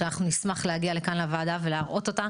שאנחנו נשמח להגיע לכאן לוועדה ולהראות אותה,